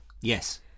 Yes